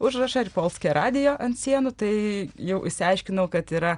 užrašą ir polske radijo ant sienų tai jau išsiaiškinau kad yra